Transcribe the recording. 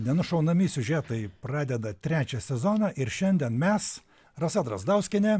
nenušaunami siužetai pradeda trečią sezoną ir šiandien mes rasa drazdauskienė